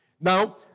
Now